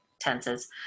tenses